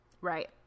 right